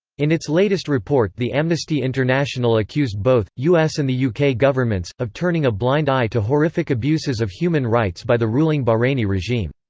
in its latest report the amnesty international accused both, us and the yeah uk governments, of turning a blind eye to horrific abuses of human rights by the ruling bahraini regime.